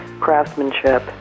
craftsmanship